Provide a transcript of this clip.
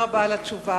תודה רבה על התשובה.